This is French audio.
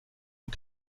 aux